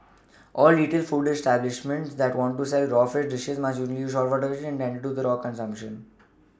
all retail food establishments that want to sell raw fish dishes must use only saltwater intended for raw consumption